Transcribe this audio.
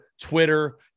Twitter